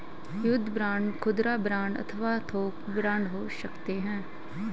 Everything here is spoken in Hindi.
युद्ध बांड खुदरा बांड अथवा थोक बांड हो सकते हैं